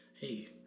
hey